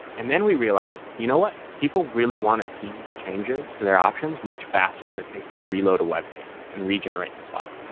and then we realize, you know what? people really want to see changes to their options much faster than it takes to reload webpage and regenerate this file.